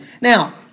Now